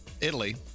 Italy